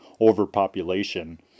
overpopulation